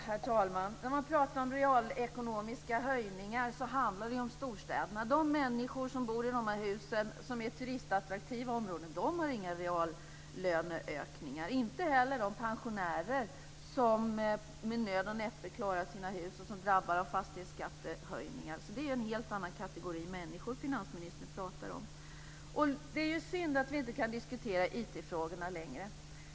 Herr talman! När man pratar om realekonomiska förbättringar handlar det om storstäderna. De människor som bor i hus i turistattraktiva områden får inga reallöneökningar, inte heller de pensionärer som med nöd och näppe klarat sina hus och som är drabbade av fastighetsskattehöjningar. Det är en helt annan kategori av människor som finansministern pratar om. Det är synd att vi inte längre kan diskutera IT frågorna.